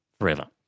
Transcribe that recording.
forever